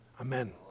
Amen